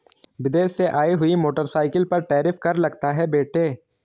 विदेश से आई हुई मोटरसाइकिल पर टैरिफ कर लगता है बेटे